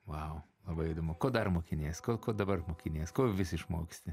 vau labai įdomu ko dar mokinies ko ko dabar mokinies ko vis išmoksti